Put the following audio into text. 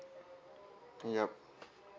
yup